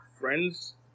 friends